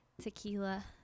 tequila